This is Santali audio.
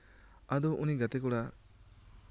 ᱟᱫᱚ ᱩᱱᱤ ᱜᱟᱛᱮ ᱠᱚᱲᱟ